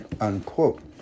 unquote